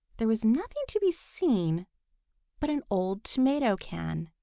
there was nothing to be seen but an old tomato can.